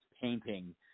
painting